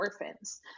orphans